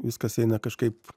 viskas eina kažkaip